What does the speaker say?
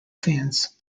fans